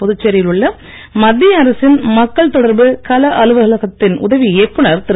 புதுச்சேரியில் உள்ள மத்திய அரசின் மக்கள் தொடர்பு கள அலுவலகத்தின் உதவி இயக்குநர் திரு